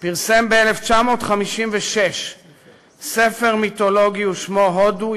פרסם ב-1956 ספר מיתולוגי ששמו "הודו,